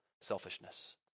selfishness